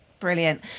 Brilliant